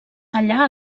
allà